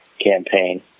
campaign